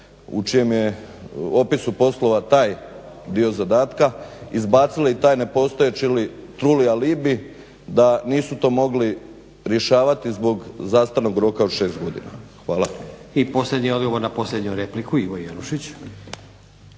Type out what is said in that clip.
u čijem je opisu poslova taj dio zadatka izbacili taj nepostojeći ili truli alibi da nisu to mogli rješavati zbog zastarnog roka od 6 godina. Hvala. **Stazić, Nenad (SDP)** I posljednji odgovor na posljednju repliku, Ivo Jelušić.